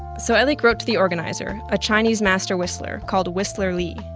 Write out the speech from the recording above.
so elik wrote to the organizer, a chinese master whistler called whistler li,